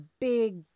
big